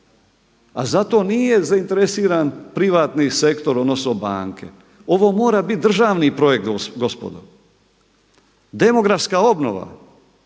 a za to nije zainteresiran privatni sektor odnosno banke. Ovo mora bit državni projekt gospodo. Demografska obnova